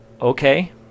okay